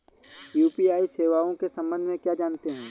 UPI सेवाओं के संबंध में क्या जानते हैं?